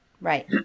right